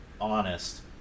honest